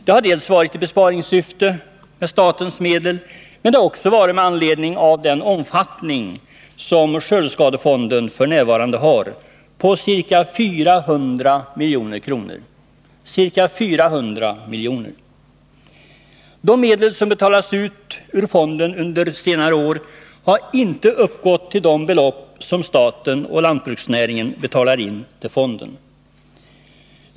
Det har vi gjort dels i besparingssyfte när det gäller statens medel, dels med anledning av den omfattning som skördeskadefonden f. n. har — det rör sig om ca 400 milj.kr. De medel som betalats ut från fonden under senare år har inte uppgått till de belopp som staten och lantbruksnäringen betalar in till fonden.